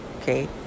Okay